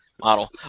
Model